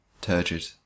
turgid